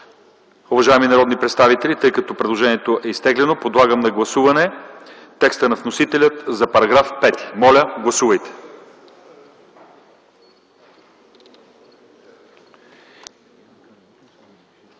Уважаеми народни представители, тъй като предложението е изтеглено, подлагам на гласуване текста на вносителя за § 5. Моля, гласувайте.